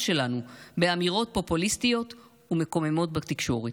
שלנו באמירות פופוליסטיות ומקוממות בתקשורת,